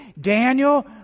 Daniel